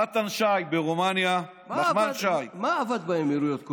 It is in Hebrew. נחמן שי, ברומניה, מה אבד באמירויות?